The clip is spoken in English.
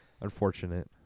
unfortunate